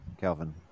Calvin